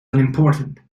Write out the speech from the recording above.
unimportant